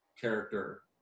character